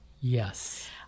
yes